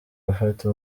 gufata